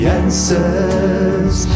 answers